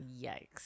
yikes